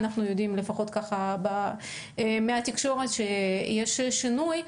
אנחנו יודעים לפחות מהדיווחים בתקשורת שיש שינוי,